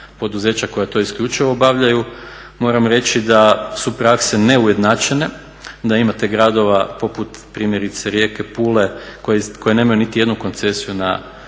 poduzeća koja to isključivo obavljaju. Moram reći da su prakse neujednačene, da imate gradova poput primjerice Rijeke, Pule koji nemaju niti jednu koncesiju na